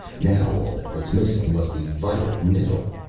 now all that was missing was the vital middle.